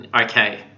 Okay